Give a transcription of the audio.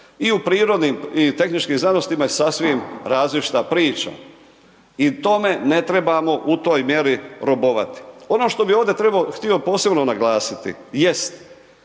i u prirodnim i tehničkim znanostima je sasvim različita priča. I tome ne trebamo u toj mjeri robovati. Ono što bi ovdje htio posebno naglasiti jest